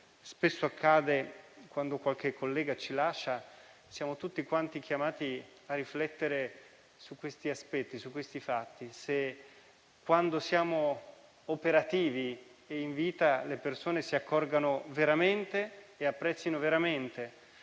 spesso accade quando qualche collega ci lascia, siamo tutti chiamati a riflettere su questi aspetti e su questi fatti: se quando siamo operativi, in vita, le persone si accorgano e apprezzino veramente